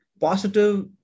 positive